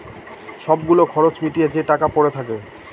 সব গুলো খরচ মিটিয়ে যে টাকা পরে থাকে